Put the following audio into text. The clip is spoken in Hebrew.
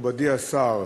מכובדי השר,